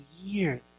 years